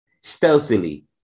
stealthily